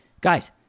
Guys